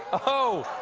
oh,